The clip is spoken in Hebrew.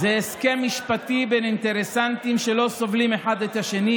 זה הסכם משפטי בין אינטרסנטים שלא סובלים אחד את השני.